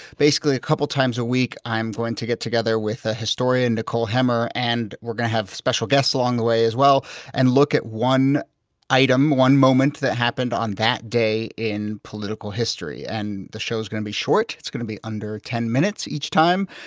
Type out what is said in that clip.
basically, a couple of times a week, i'm going to get together with a historian, nicole hemmer, and we're going to have special guests along the way as well and look at one item, one moment that happened on that day in political history. and the show is going to be short, it's going to be under ten minutes each time,